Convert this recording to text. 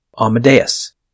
Amadeus